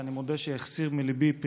שאני מודה שליבי החסיר פעימה,